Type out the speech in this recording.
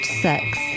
sex